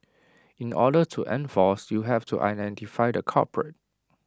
in order to enforce you have to identify the culprit